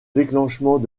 déclenchement